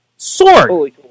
Sword